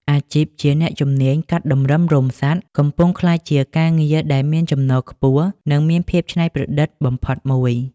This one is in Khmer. អាជីពជាអ្នកជំនាញកាត់តម្រឹមរោមសត្វ កំពុងក្លាយជាការងារដែលមានចំណូលខ្ពស់ និងមានភាពច្នៃប្រឌិតបំផុតមួយ។